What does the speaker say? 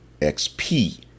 XP